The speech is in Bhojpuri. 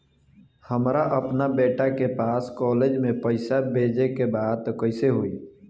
हमरा अपना बेटा के पास कॉलेज में पइसा बेजे के बा त कइसे होई?